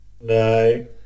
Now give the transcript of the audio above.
No